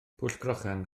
pwllcrochan